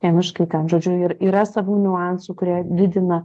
chemiškai ten žodžiu ir yra savų niuansų kurie didina